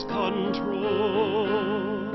control